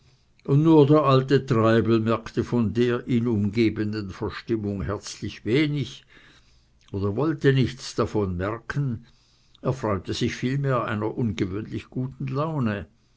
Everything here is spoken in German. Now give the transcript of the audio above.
nur der alte treibel merkte von der ihn umgebenden verstimmung herzlich wenig oder wollte nichts davon merken erfreute sich vielmehr einer ungewöhnlich guten laune